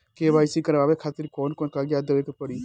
KYC करवावे खातिर कौन कौन कागजात देवे के पड़ी?